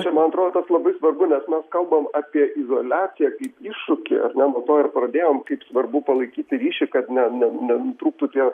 čia man atrodo tas labai svarbu nes mes kalbam apie izoliaciją kaip iššūkį ar ne nuo to ir pradėjom kaip svarbu palaikyti ryšį kad ne ne nenutrūktų tie